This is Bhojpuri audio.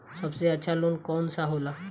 सबसे अच्छा लोन कौन सा होला?